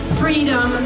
freedom